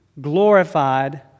glorified